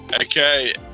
Okay